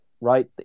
right